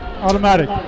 automatic